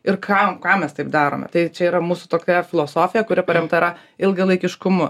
ir kam kam mes taip darome tai čia yra mūsų tokia filosofija kuri paremta yra ilgalaikiškumu